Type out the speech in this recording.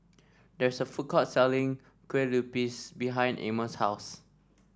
there's a food court selling Kue Lupis behind Amos' house